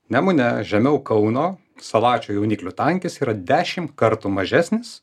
nemune žemiau kauno salačių jauniklių tankis yra dešim kartų mažesnis